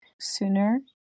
sooner